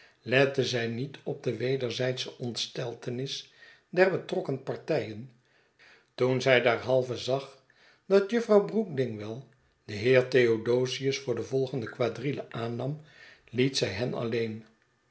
lette zij niet op de wederzijdsche ontsteltenis der betrokken partijen toen zij derhalve zag dat juffrouw brook dingwall den heer theodosius voor de volgende quadrille aannam liet zij hen alleen